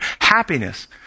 happiness